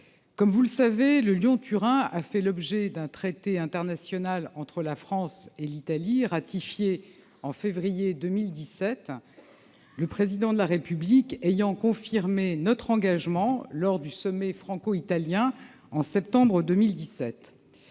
de la ligne Lyon-Turin a fait l'objet d'un traité international entre la France et l'Italie, ratifié en février 2017. Le Président de la République a confirmé notre engagement lors du sommet franco-italien de septembre 2017.